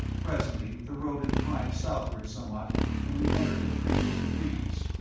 presently the road inclined southward somewhat and we entered the fringe of the trees.